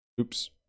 oops